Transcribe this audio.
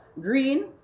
green